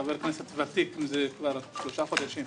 חבר כנסת ותיק מזה כבר שלושה חודשים,